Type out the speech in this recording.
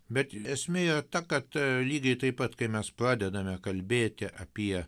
bet esmė yra ta kad lygiai taip pat kai mes pradedame kalbėti apie